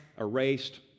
erased